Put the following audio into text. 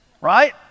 right